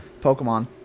Pokemon